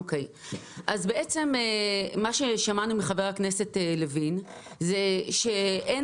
בעצם מה ששמענו מחבר הכנסת לוין זה שאין